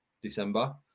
December